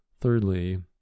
thirdly